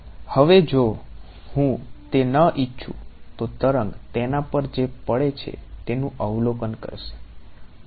હવે જો હું તે ન ઇચ્છું તો તરંગ તેના પર જે પડે છે તેનું અવલોકન કરશે